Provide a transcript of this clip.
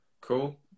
cool